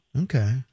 Okay